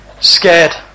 scared